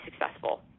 successful